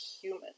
human